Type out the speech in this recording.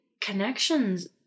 connections